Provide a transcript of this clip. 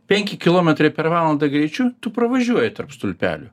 penki kilometrai per valandą greičiu tu pravažiuoji tarp stulpelių